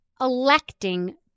electing